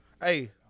Hey